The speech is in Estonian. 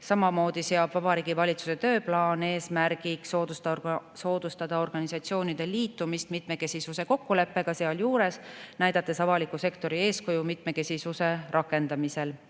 Samamoodi seab Vabariigi Valitsuse tööplaan eesmärgi soodustada organisatsioonide liitumist mitmekesisuse kokkuleppega, sealjuures näidates avaliku sektori eeskuju mitmekesisuse rakendamisel.